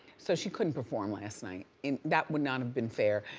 so, she couldn't perform last night. that would not have been fair.